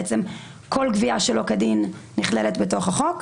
שכל גבייה שלא כדין נכללת בתוך החוק.